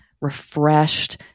refreshed